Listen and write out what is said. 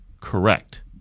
correct